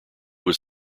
was